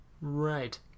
Right